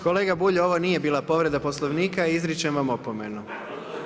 Kolega Bulj, ovo nije bila povreda Poslovnika, izričem vam opomenu.